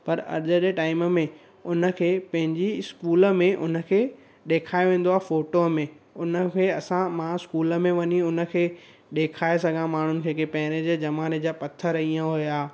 पर अॼु जे टाइम में उनखे पंहिंजी स्कूल में उनखे ॾेखारियो वेंदो आहे फ़ोटो में उनखे असां मां स्कूल में वञी उनखे ॾेखारे सघां माण्हुनि खे की पहिरें जे ज़माने जा पथर ईअं हुआ